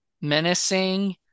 menacing